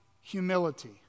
humility